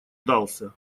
дался